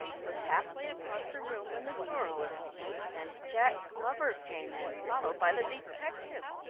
and was half-way across the room when the door opened and jack glover came in, followed by the detective.